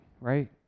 right